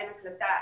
אין הקלטה,